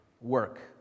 work